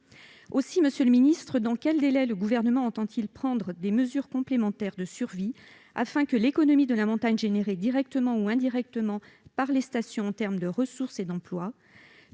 saison. Monsieur le secrétaire d'État, dans quel délai le Gouvernement entend-il prendre des mesures complémentaires de survie, afin que ne disparaisse pas l'économie de la montagne, générée directement ou indirectement par les stations en termes de ressources et d'emplois,